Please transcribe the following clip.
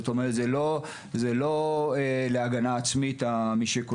ומי שקונה אותם לא עושה את זה לשם הגנה עצמית.